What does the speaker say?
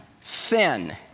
sin